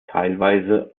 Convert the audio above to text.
teilweise